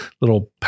little